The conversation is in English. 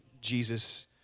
Jesus